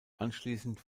anschließend